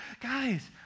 guys